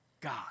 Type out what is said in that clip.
God